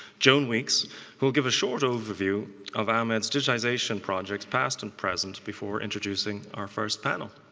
joan weeks, who will give a short overview of amed's digitization projects past and present before introducing our first panel.